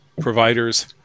providers